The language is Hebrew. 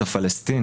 ארז מלול ושרן